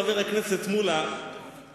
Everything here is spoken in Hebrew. חבר הכנסת מולה,